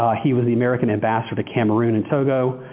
he was the american ambassador to cameroon and togo.